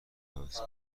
عوض